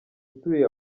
utuye